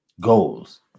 Goals